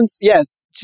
yes